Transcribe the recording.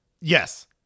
Yes